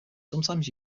sometimes